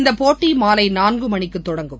இந்த போட்டி மாலை நான்கு மணிக்கு தொடங்கும்